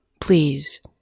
please